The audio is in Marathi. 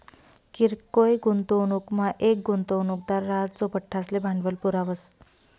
किरकोय गुंतवणूकमा येक गुंतवणूकदार राहस जो बठ्ठासले भांडवल पुरावस